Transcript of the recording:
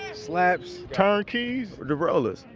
ah slaps turn keys. rollers.